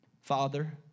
Father